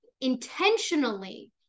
intentionally